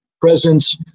presence